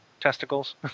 testicles